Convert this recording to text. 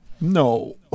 no